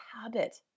habit